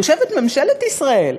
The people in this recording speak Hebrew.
יושבת ממשלת ישראל,